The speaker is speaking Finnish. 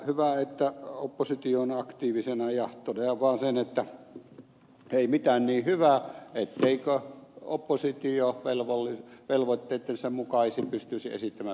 hyvä että oppositio on aktiivisena ja totean vaan sen että ei mitään niin hyvää etteikö oppositio velvoitteittensa mukaisesti pystyisi esittämään vielä parempaa